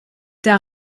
der